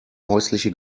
häusliche